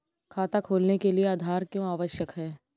खाता खोलने के लिए आधार क्यो आवश्यक है?